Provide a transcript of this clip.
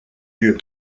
lieu